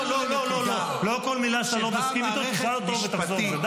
לא על כל מילה שאתה לא מסכים איתה תשאל אותו ותחזור על זה.